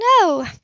No